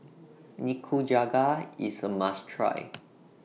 Nikujaga IS A must Try